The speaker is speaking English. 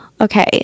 okay